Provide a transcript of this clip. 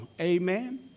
Amen